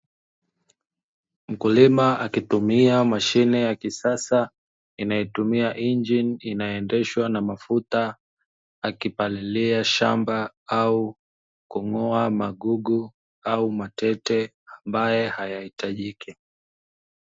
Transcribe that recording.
Mkulima akitumia mashine yakisasa inayotumia injini, inaendeshwa na mafuta, akipalilia shamba au kung'oa magugu au matete ambayo hayahitajiki..